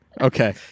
Okay